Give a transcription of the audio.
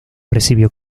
recibió